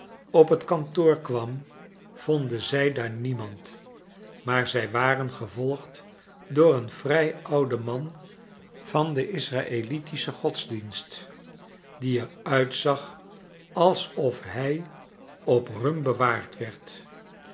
op het kantoor kwam vonden zij daar niemand maar zij waren gevoigd door een vrij ouden man van den israeliti schen godsdienst die er uitzag a sof hij op rum bewaard werd